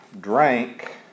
drank